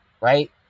right